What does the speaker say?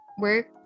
Work